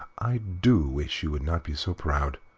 i do wish you would not be so proud.